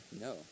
no